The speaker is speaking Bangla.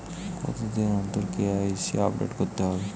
কতদিন অন্তর কে.ওয়াই.সি আপডেট করতে হবে?